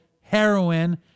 heroin